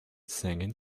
singing